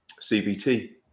CBT